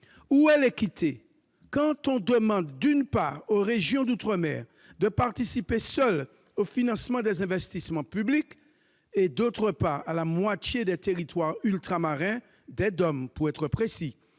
Où est l'équité quand on demande aux régions d'outre-mer de participer seules au financement des investissements publics et à la moitié des territoires ultramarins, des DOM pour être précis,